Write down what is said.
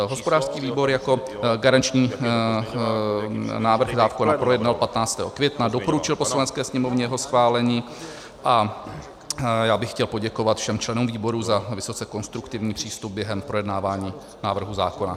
Hospodářský výbor jako garanční návrh zákona projednal 15. května, doporučil Poslanecké sněmovně jeho schválení a já bych chtěl poděkovat všem členům výboru za vysoce konstruktivní přístup během projednávání návrhu zákona.